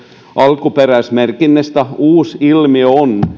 alkuperäismerkinnöistä uusi ilmiö on